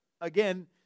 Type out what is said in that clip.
again